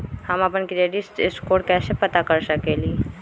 हम अपन credit score कैसे पता कर सकेली?